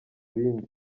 bindi